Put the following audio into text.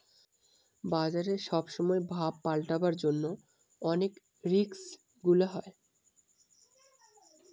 বাজারে সব সময় ভাব পাল্টাবার জন্য অনেক রিস্ক গুলা হয়